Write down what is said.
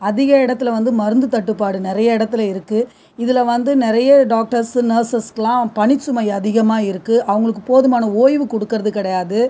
அதிக இடத்துல வந்து மருந்து தட்டுப்பாடு நிறைய இடத்துல இருக்குது இதில் வந்து நிறைய டாக்டர்ஸ் நர்ஸ்களாம் வந்து பணி சுமை அதிகமாக இருக்குது அவங்களுக்கு போதுமான ஓய்வு கொடுக்குறது கிடையாது